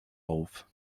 auf